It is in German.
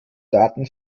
daten